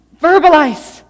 verbalize